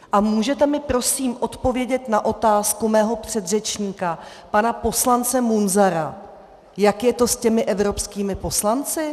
A můžete mi prosím odpovědět na otázku mého předřečníka pana poslance Munzara, jak je to s těmi evropskými poslanci?